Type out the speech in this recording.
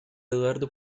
eduardo